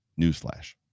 Newsflash